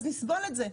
אז נסבול את זה.